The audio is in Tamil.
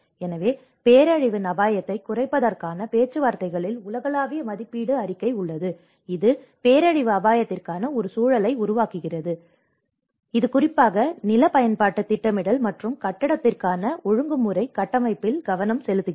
எனவே பேரழிவு அபாயத்தைக் குறைப்பதற்கான பேச்சுவார்த்தைகளில் உலகளாவிய மதிப்பீட்டு அறிக்கை உள்ளது இது பேரழிவு அபாயத்திற்கான ஒரு சூழலை உருவாக்குவது பற்றி உள்ளது இது குறிப்பாக நில பயன்பாட்டுத் திட்டமிடல் மற்றும் கட்டடத்திற்கான ஒழுங்குமுறை கட்டமைப்பில் கவனம் செலுத்துகிறது